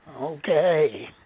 Okay